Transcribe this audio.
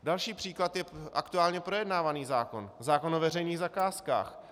Další příklad je aktuálně projednávaný zákon zákon o veřejných zakázkách.